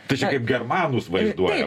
tai čia kaip germanus vaizduoja